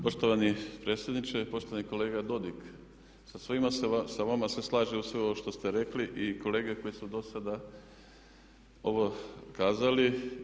Poštovani predsjedniče, poštovani kolega Dodig sa svima se vama slažem sve ovo što ste rekli i kolege koji su dosada ovo kazali.